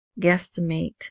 guesstimate